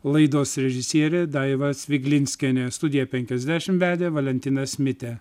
laidos režisierė daiva sviglinskienė studija penkiasdešimt vedė valentinas mitė